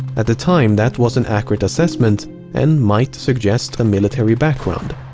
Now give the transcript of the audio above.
at the time, that was an accurate assessment and might suggest a military background.